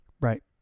Right